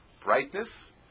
brightness